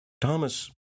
Thomas